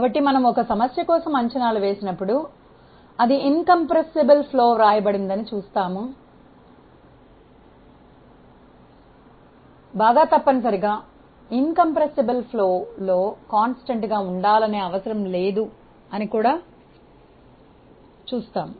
కాబట్టి మనము ఒక సమస్య కోసం అంచనాలు వ్రాసినప్పుడు అది విరుద్ధమైన ప్రవాహం వ్రాయబడిందని చూస్తాము బాగా నిలకడలేని ప్రవాహం తప్పనిసరిగా స్థిరంగా ఉండాలనే అవసరం లేకుండా నిర్వహించబడుతుంది అని కూడా చూస్తాము